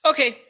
Okay